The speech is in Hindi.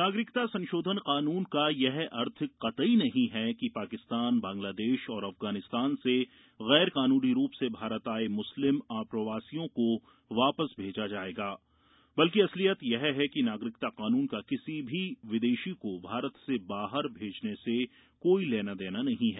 नागरिकता संशोधन कानून का यह अर्थ कतई नहीं है कि पाकिस्तान बांग्लादेश और अफगानिस्तान से गैर कानूनी रूप से भारत आए मुस्लिम अप्रवासियों को वापस भेजा जाएगा बल्कि असलियत यह है कि नागरिकता कानून का किसी भी विदेशी को भारत से बाहर भेजने से कोई लेना देना नहीं है